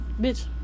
bitch